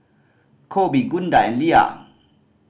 Koby Gunda and Lea